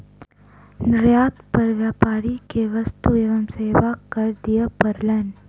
निर्यात पर व्यापारी के वस्तु एवं सेवा कर दिअ पड़लैन